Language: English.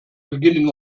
beginning